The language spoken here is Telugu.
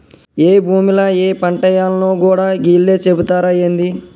ఏ భూమిల ఏ పంటేయాల్నో గూడా గీళ్లే సెబుతరా ఏంది?